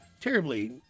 terribly